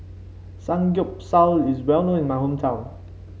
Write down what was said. samgyeopsal is well known in my hometown